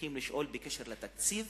צריכים לשאול בקשר לתקציב